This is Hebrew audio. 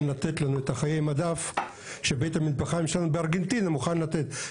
לתת לנו את חיי המדף שבית המטבחיים שלנו בארגנטינה מוכן לתת,